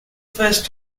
first